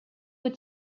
aux